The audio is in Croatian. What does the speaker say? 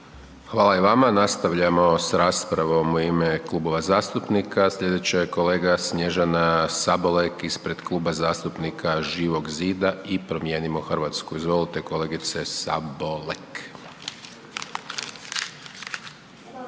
Hvala i vama. Nastavljamo s raspravom u ime klubova zastupnika. Sljedeća je kolega Snježana Sabolek ispred Kluba zastupnika Živog zida i Promijenimo Hrvatsku. Izvolite kolegice Sabolek.